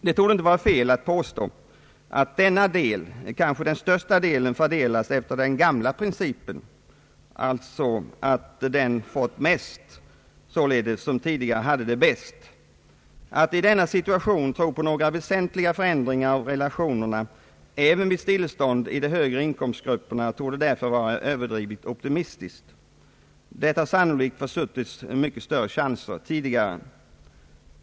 Det torde inte vara fel att påstå att denna del, kanske den största, fördelats efter den gamla principen att således den fått mest som tidigare hade det bäst. Att i denna situation tro på några väsentliga förändringar i relationerna även vid stillestånd i de högre inkomstgrupperna torde därför vara överdrivet optimistiskt. Det har sannolikt försuttits mycket större chanser tidigare.